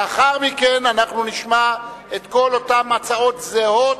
לאחר מכן אנחנו נשמע את כל אותן הצעות זהות